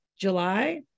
july